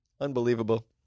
Unbelievable